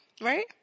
right